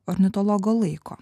ornitologo laiko